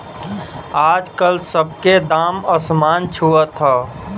आजकल सब के दाम असमान छुअत हौ